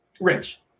Rich